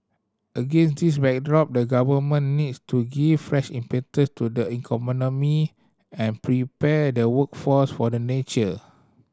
against this backdrop the Government needs to give fresh impetus to the economy and prepare the workforce for the nature